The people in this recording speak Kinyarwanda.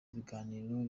ibiganiro